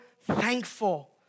thankful